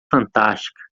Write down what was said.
fantástica